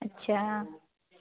अच्छा